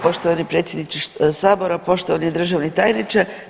Poštovani predsjedniče sabora, poštovani državni tajniče.